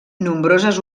nombroses